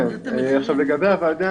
כן, עכשיו לגבי הוועדה,